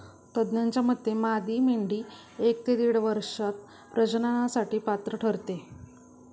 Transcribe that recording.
तज्ज्ञांच्या मते मादी मेंढी एक ते दीड वर्षात प्रजननासाठी पात्र ठरते